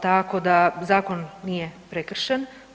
Tako da zakon nije prekršen.